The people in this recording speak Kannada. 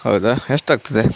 ಹೌದಾ ಎಷ್ಟಾಗ್ತದೆ